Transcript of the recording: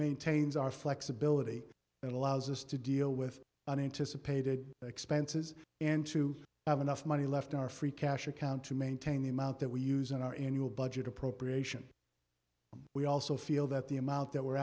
maintains our flexibility and allows us to deal with unanticipated expenses and to have enough money left our free cash account to maintain the amount that we use in our annual budget appropriation we also feel that the amount that we're